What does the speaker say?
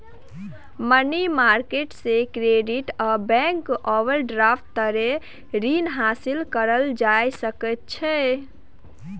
money market से credit आ bank overdraft तरे रीन हासिल करल जा सकइ छइ